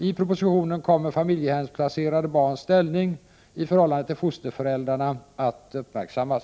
I propositionen kommer familjehemsplacerade barns ställning i förhållande till fosterföräldrarna att uppmärksammas.